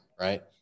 right